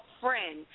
friend